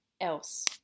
else